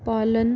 पालन